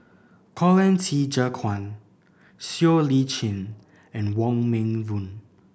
Colin Qi Zhe Quan Siow Lee Chin and Wong Meng Voon